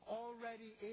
already